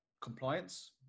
compliance